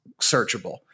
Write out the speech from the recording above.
searchable